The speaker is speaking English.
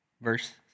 Verse